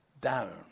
down